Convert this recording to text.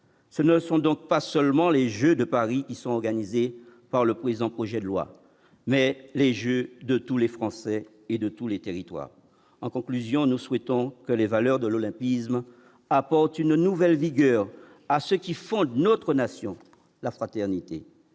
Ce ne sont donc pas seulement les jeux de Paris ils sont organisés par le présent projet de loi mais les jeux de tous les Français et de tous les territoires, en conclusion, nous souhaitons que les valeurs de l'olympisme, apporte une nouvelle vigueur à ceux qui font notre nation la fraternité